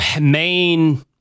main